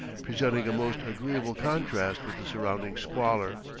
presenting a most agreeable contrast with the surrounding squalor.